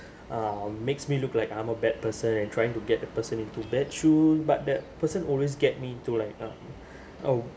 uh makes me look like I'm a bad person and trying to get the person into bad shoe but that person always get me to like uh oh